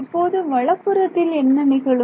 இப்போது வலது புறத்தில் என்ன நிகழும்